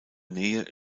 nähe